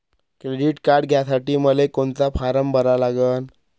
Credit card घ्यासाठी मले कोनचा फारम भरा लागन?